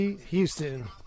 Houston